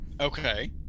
okay